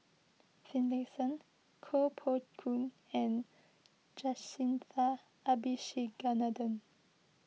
Finlayson Koh Poh Koon and Jacintha Abisheganaden